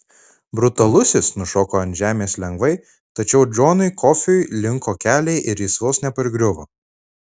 brutalusis nušoko ant žemės lengvai tačiau džonui kofiui linko keliai ir jis vos nepargriuvo